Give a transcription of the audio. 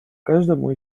каждому